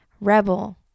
rebel